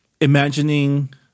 imagining